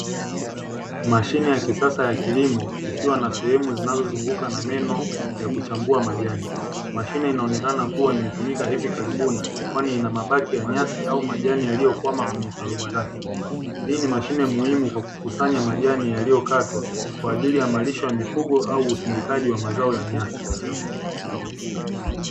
Mashine ya kisasa ya kilimo ikiwa na sehemu zinazozunguka na meno ya kuchambua majani, mashine inaonekana kuwa imetumika hivi karibuni, kwani inamabaki ya nyasi au majani yaliyokwama kwenye sehemu zake, hii ni mashine muhimu kwa kukusanya majani yaliyokatwa kwa ajili ya malisho ya mifugo au usindikaji wa mazao ya nyasi.